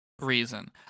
reason